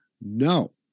No